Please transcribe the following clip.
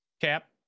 Cap